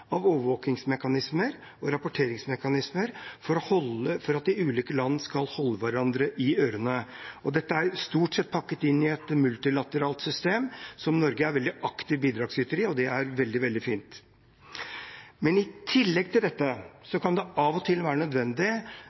av overvåkingsmekanismer og rapporteringsmekanismer for at de ulike land skal holde hverandre i ørene. Dette er stort sett pakket inn i et multilateralt system, som Norge er en veldig aktiv bidragsyter i – og det er veldig, veldig fint. I tillegg til dette kan det av og til være nødvendig